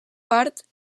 part